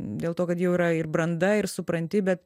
dėl to kad jau yra ir branda ir supranti bet